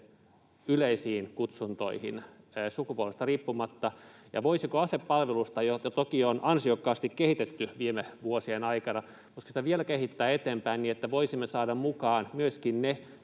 yleisiin kutsuntoihin sukupuolesta riippumatta, ja voisiko asepalvelusta, jota toki on ansiokkaasti kehitetty viime vuosien aikana, vielä kehittää eteenpäin niin, että voisimme saada mukaan myöskin ne,